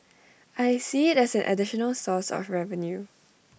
I see IT as an additional source of revenue